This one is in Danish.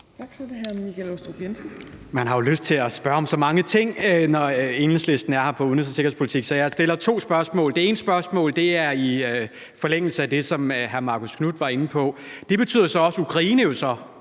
Man har jo lyst til at spørge om så mange ting, når Enhedslisten er her, i forhold til udenrigs- og sikkerhedspolitik, så jeg stiller to spørgsmål. Det ene spørgsmål er i forlængelse af det, som hr. Marcus Knuth var inde på. I forhold til